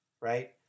right